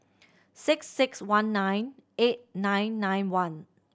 six six one nine eight nine nine one